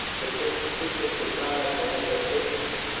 the quick sequence of diagrams and pictures.